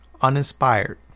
uninspired